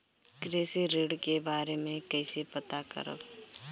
कृषि ऋण के बारे मे कइसे पता करब?